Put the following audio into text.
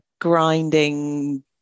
grinding